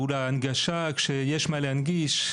אולי הנגשה כשיש מה להנגיש.